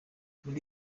muri